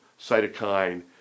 cytokine